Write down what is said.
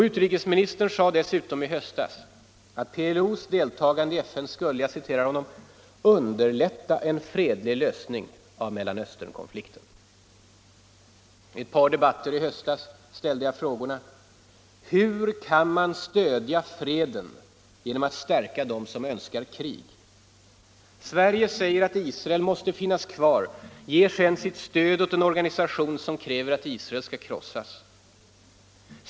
Utrikesministern sade dessutom i höstas att PLO:s deltagande i FN skulle ”underlätta en fredlig lösning av Mellanösternkonflikten”. I ett par debatter i höstas ställde jag frågan: Hur kan man stödja freden genom att stärka dem som önskar krig? ”Sverige säger att Israel måste finnas kvar — ger sedan sitt stöd åt en organisation som kräver att Israel skall krossas.